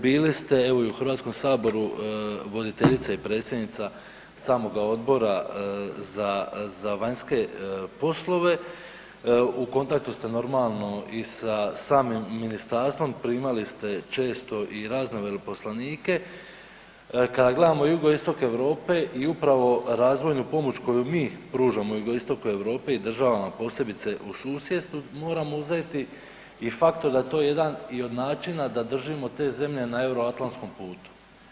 Bili ste evo i u Hrvatskom saboru voditeljica i predsjednica samoga Odbora za vanjske poslove, u kontaktu ste normalno i sa samim ministarstvom, primali ste često i razne veleposlanike, kada gledamo Jugoistok Europe i upravo razvojnu pomoć koju mi pružamo Jugoistoku Europe i državama posebice u susjedstvu moramo uzeti i faktor da je to jedan i od način da držimo te zemlje na euroatlanskom putu.